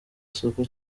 isuku